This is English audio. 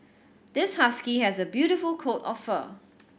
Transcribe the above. this husky has a beautiful coat of fur